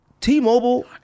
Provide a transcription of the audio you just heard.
T-Mobile